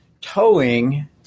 towing